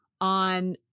on